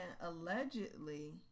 allegedly